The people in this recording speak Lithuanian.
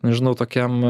nežinau tokiam